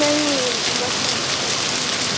नहीं बस मैं सब्ज़ी ही